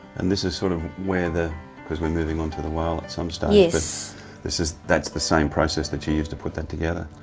and this is sort of where the cause we're moving onto the whale at some stage, yes. but this is, that's the same process that you used to put that together.